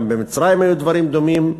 גם במצרים היו דברים דומים.